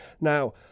Now